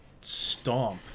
stomp